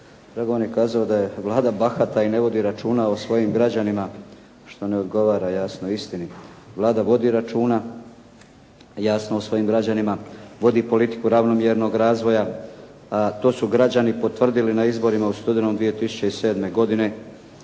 Dragovan je kazao da je Vlada bahata i ne vodi računa o svojim građanima, što ne odgovara jasno istini. Vlada vodi računa jasno o svojim građanima, vodi politiku ravnomjernog razvoja, to su građani potvrdili na izborima u studenom 2007. godine.